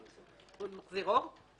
ממשק יותר רחב של קטינים עם רשויות האכיפה,